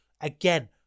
again